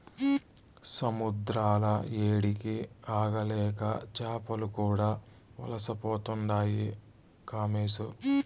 సముద్రాల ఏడికి ఆగలేక చేపలు కూడా వలసపోతుండాయి కామోసు